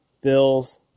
Bills